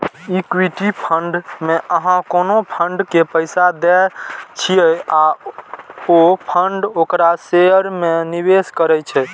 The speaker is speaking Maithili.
इक्विटी फंड मे अहां कोनो फंड के पैसा दै छियै आ ओ फंड ओकरा शेयर मे निवेश करै छै